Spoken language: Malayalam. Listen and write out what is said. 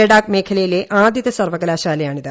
ലഡാക്ക് മേഖലയിലെ ആദ്യത്തെ സർവകലാശാലയാണിത്